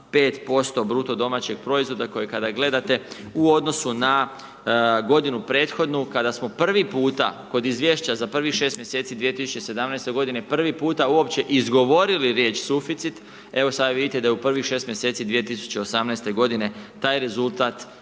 kuna ili 0,5% BDP-a koji kada gledate u odnosu na godinu prethodnu kada smo prvi puta kod izvješća za prvih 6 mjeseci 2017. godine prvi puta uopće izgovorili riječ suficit, evo sada vidite da je u prvih 6 mjeseci 2018. godine taj rezultat